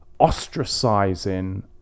ostracizing